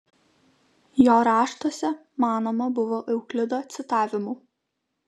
jo raštuose manoma buvo euklido citavimų